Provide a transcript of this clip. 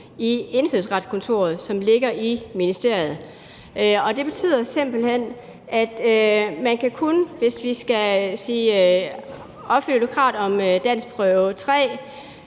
i Indfødsretskontoret, som ligger i ministeriet. Og det betyder simpelt hen, at man, hvis kravet om danskprøve 3